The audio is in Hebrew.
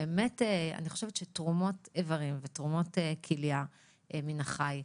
אני חושבת שתרומות איברים, ותרומות כליה מן החי,